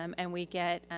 um and we get,